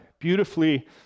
beautifully